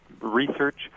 research